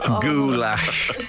goulash